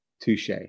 Touche